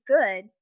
good